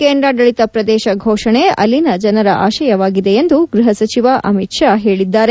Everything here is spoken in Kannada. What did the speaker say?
ಕೇಂದ್ರಾಡಳಿತ ಪ್ರದೇಶ ಫೋಷಣೆ ಅಲ್ಲಿನ ಜನರ ಆಶಯವಾಗಿದೆ ಎಂದು ಗ್ವಹ ಸಚಿವ ಅಮಿತ್ ಶಾ ಹೇಳಿದ್ದಾರೆ